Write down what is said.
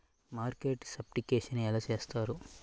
Market certification ఎలా చేస్తారు?